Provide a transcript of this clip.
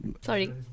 Sorry